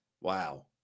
Wow